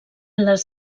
les